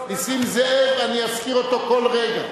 נסים זאב, אני אזכיר אותו כל רגע.